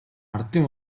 ардын